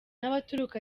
abaturuka